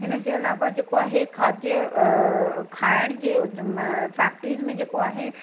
हिनजे अलावा जेको आहे खाद्य खाइण जे फ़ैक्ट्रीस में जेको आहे